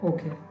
Okay